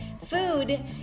food